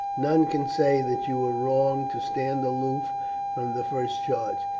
none can say that you were wrong to stand aloof from the first charge,